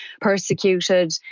persecuted